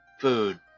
food